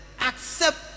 Accept